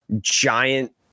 giant